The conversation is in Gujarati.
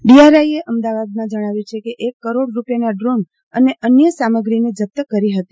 ડીઆરઆઈએ અમદાવાદમાં જજ્ઞાવ્યું છે કે એક કરોડ રૂપિયાના ડ્રોન અને અન્ય સામગ્રીને જપ્ત કરી હતી